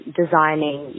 designing